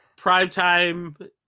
primetime